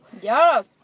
Yes